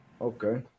Okay